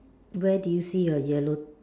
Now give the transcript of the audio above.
where did you see your yellow